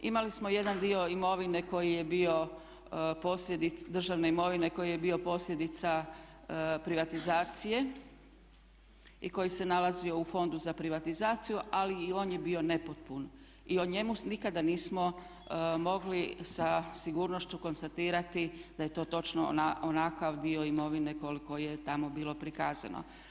Imali smo jedan dio imovine koji je bio posljedica, državne imovine koji je bio posljedica privatizacije i koji se nalazio u Fondu za privatizaciju, ali i on je bio nepotpun i o njemu nikada nismo mogli sa sigurnošću konstatirati da je to točno onakav dio imovine koliko je tamo bilo prikazano.